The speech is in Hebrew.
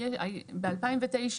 ב-2009,